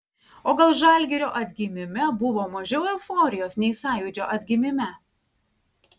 o gal žalgirio atgimime buvo mažiau euforijos nei sąjūdžio atgimime